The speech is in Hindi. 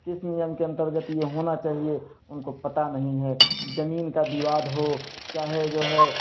किस नियम के अंतर्गत ये होना चाहिए उनको पता नहीं है जमीन का विवाद हो चाहे जो है